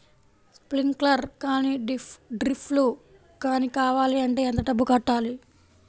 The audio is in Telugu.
స్ప్రింక్లర్ కానీ డ్రిప్లు కాని కావాలి అంటే ఎంత డబ్బులు కట్టాలి?